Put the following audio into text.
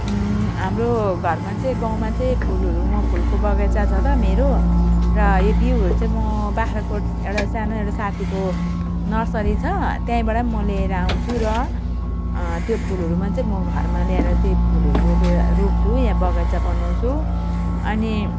हाम्रो घरमा चाहिँ गाउँमा चाहिँ फुलहरू म फुलको बगैँचा छ त मेरो र यो बिउँहरू चाहिँ म बाख्राकोट एउटा सानो एउटा साथीको नर्सरी छ त्यहीँबाटै म लिएर आउँछु र त्यो फुलहरूमा चाहिँ म घरमा ल्याएर त्यही फुलहरू रोपे रोप्छु या बगैँचा बनाउँछु अनि